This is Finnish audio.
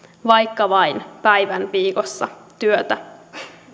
vaikka vain päivän viikossa työtä